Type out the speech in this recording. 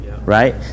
right